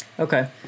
Okay